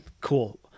cool